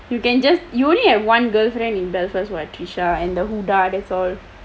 you can just you only have one girlfriend in belfast [what] trisha and the huda that's all